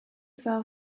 fell